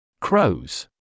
Crows